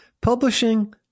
publishing